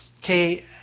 Okay